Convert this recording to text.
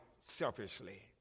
selfishly